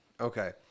Okay